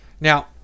Now